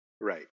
Right